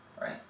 Right